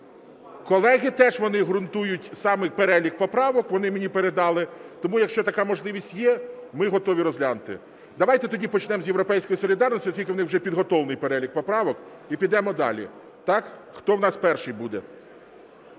Колеги теж, вони ґрунтують саме перелік поправок, вони мені передали. Тому, якщо така можливість є, ми готові розглянути. Давайте тоді почнемо з "Європейської солідарності", оскільки у них вже підготовлений перелік поправок, і підемо далі. Так? Хто в нас перший буде?